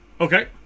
Okay